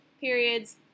periods